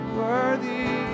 worthy